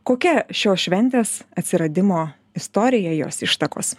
kokia šios šventės atsiradimo istorija jos ištakos